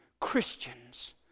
Christians